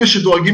אלה שדואגים